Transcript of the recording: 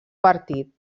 partit